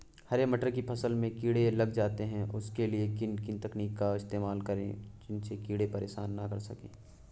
हरे मटर की फसल में कीड़े लग जाते हैं उसके लिए किस तकनीक का इस्तेमाल करें जिससे कीड़े परेशान ना कर सके?